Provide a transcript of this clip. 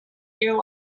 your